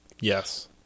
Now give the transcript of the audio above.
Yes